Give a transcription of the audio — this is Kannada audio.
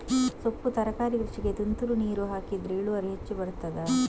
ಸೊಪ್ಪು ತರಕಾರಿ ಕೃಷಿಗೆ ತುಂತುರು ನೀರು ಹಾಕಿದ್ರೆ ಇಳುವರಿ ಹೆಚ್ಚು ಬರ್ತದ?